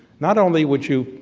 not only would you,